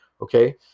Okay